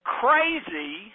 crazy